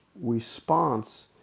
response